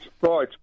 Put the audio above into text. Right